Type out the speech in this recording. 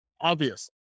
obvious